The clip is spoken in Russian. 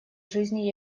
жизни